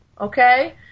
Okay